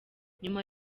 nyuma